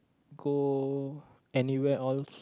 go anywhere all